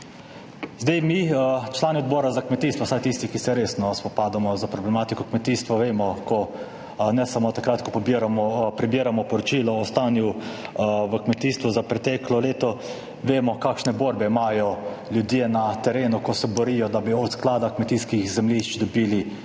gozdove.« Člani Odbora za kmetijstvo, vsaj tisti, ki se resno spopadamo s problematiko kmetijstva, ne samo takrat, ko prebiramo poročilo o stanju v kmetijstvu za preteklo leto, vemo, kakšne borbe imajo ljudje na terenu, ko se borijo, da bi od Sklada kmetijskih zemljišč dobili 200,